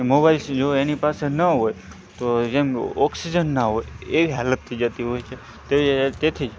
mobile જો એની પાસે ન હોય તો જેમ ઑક્સિજન ન હોય એવી હાલત થઈ જાતી હોય છે તે તેથી જ